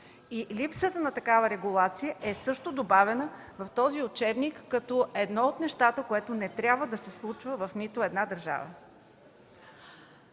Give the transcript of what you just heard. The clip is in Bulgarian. и липсата на такава регулация е също добавена в този учебник като едно от нещата, което не трябва да се случва в нито една държава.